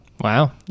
Wow